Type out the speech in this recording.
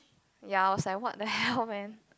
ya I was like what the hell man